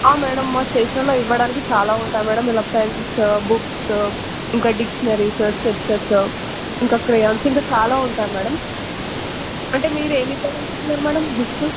madam మా స్టేషన్లో ఇవ్వడానికి చాలా ఉంటాయి మ్యాడమ్ ఇలా పెన్స్ బుక్స్ ఇంకా డిక్షనరీసెస్ స్కెచెస్ ఇంకా క్రేయాన్స్ ఇంకా చాలా ఉంటాయి మ్యాడమ్ అంటే మీరు ఏమి ఇద్దాం అనుకుంటున్నారు మ్యాడమ్ గిఫ్ట్స్